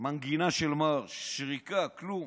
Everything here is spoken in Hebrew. מנגינה של מארש, שריקה, כלום,